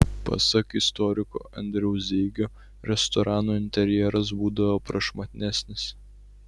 pasak istoriko andriaus zeigio restoranų interjeras būdavo prašmatnesnis